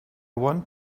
want